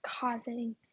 causing